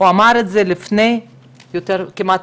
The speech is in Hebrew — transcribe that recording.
הוא אמר את זה לפני יותר מעשור,